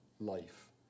life